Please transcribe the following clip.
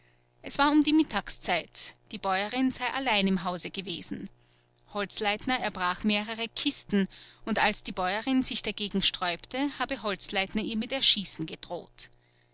es war um die mittagszeit die bäuerin sei allein im hause gewesen holzleitner erbrach mehrere kisten und als die bäuerin sich dagegen sträubte habe holzleitner ihr mit erschießen gedroht